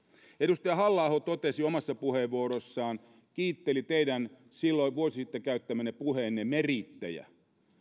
edustaja halla aho omassa puheenvuorossaan kiitteli teidän vuosi sitten käyttämänne puheen meriittejä niin